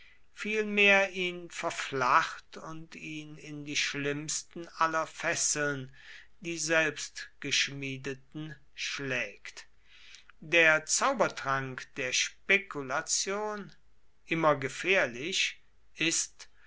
vielmehr ihn verflacht und ihn in die schlimmsten aller fesseln die selbstgeschmiedeten schlägt der zaubertrank der spekulation immer gefährlich ist